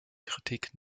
kritik